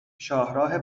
شاهراه